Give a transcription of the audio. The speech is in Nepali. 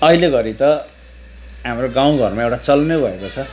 अहिलेघरि त हाम्रो गाउँघरमा एउटा चलनै भएको छ